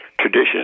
tradition